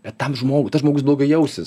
bet tam žmogui tas žmogus blogai jausis